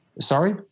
Sorry